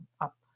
up